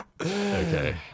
Okay